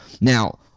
now